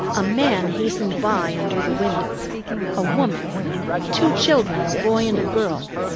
a man hastened by under the window a woman two children, a boy and a girl,